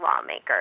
lawmakers